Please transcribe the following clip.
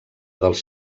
dels